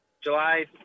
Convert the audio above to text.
july